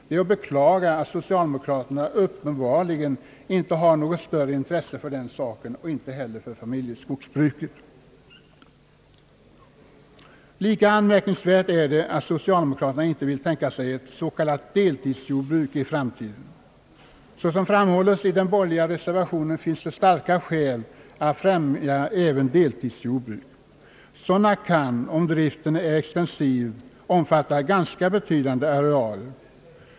Det är att beklaga att socialdemokraterna uppenbarligen inte har något större intresse för den saken — och inte heller för familjeskogsbruket. Lika anmärkningsvärt är att socialdemokraterna inte vill tänka sig ett s.k. deltidsjordbruk i framtiden. Såsom framhålles i den borgerliga reservationen finns det starka skäl att främja även deltidsjordbruk. Sådana kan, om driften är extensiv, omfatta ganska betydande arealer.